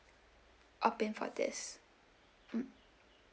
opt in for this mm